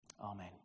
Amen